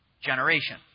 generation